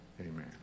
Amen